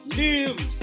live